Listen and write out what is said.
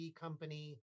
company